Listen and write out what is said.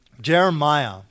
Jeremiah